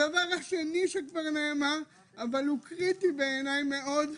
הדבר השני שנאמר כבר אבל הוא קריטי בעיניי מאוד,